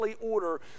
order